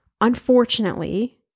unfortunately